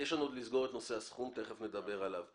יש לנו עוד לסגור את נושא הסכום, שתכף נדבר עליו.